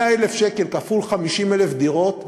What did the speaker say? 100,000 שקל כפול 50,000 דירות זה,